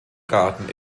garten